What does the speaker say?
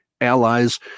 allies